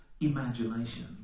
imagination